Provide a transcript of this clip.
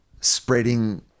spreading